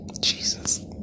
Jesus